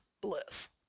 Bliss